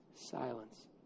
silence